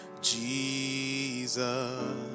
Jesus